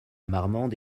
marmande